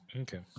Okay